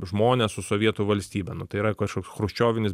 žmones su sovietų valstybe nu tai yra kažkoks chruščiovinis